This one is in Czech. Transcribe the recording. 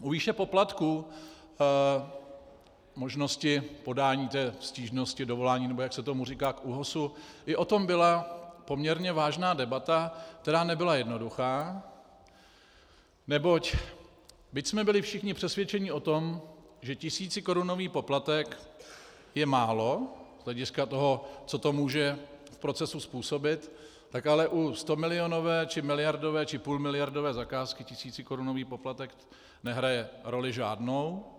U výše poplatků, možnosti podání té stížnosti, dovolání, nebo jak se tomu říká, k ÚOHS, i o tom byla poměrně vážná debata, která nebyla jednoduchá, neboť byť jsme byli všichni přesvědčeni o tom, že tisícikorunový poplatek je málo z hlediska toho, co to může v procesu způsobit, tak ale u stomilionové či miliardové či půlmiliardové zakázky tisícikorunový poplatek nehraje roli žádnou.